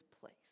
place